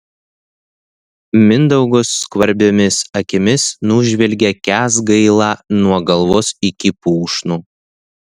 mindaugas skvarbiomis akimis nužvelgia kęsgailą nuo galvos iki pušnų